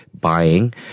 buying